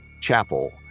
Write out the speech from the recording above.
Chapel